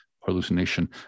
hallucination